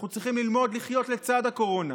אנחנו צריכים ללמוד לחיות לצד הקורונה,